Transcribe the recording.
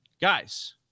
Guys